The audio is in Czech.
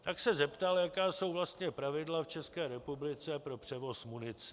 Tak se zeptal, jaká jsou vlastně pravidla v České republice pro převoz munice.